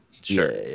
Sure